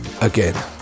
again